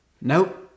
nope